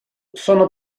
sono